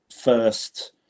first